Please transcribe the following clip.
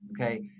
okay